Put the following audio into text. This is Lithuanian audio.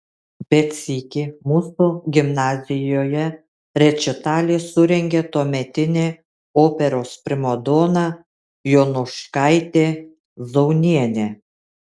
bet sykį mūsų gimnazijoje rečitalį surengė tuometinė operos primadona jonuškaitė zaunienė